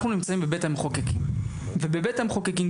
אנחנו נמצאים בבית המחוקקים ובבית המחוקקים,